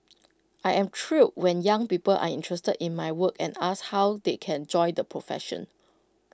I am thrilled when young people are interested in my work and ask how they can join the profession